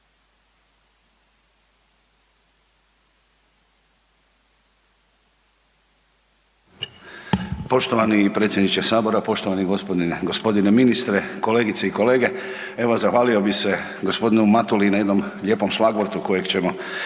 Poštovani predsjedniče sabora, poštovani g. ministre, kolegice i kolege. Evo, zahvalio bi se g. Matuli na jednom lijepom šlagvortu kojeg ćemo kasnije